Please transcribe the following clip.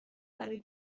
برای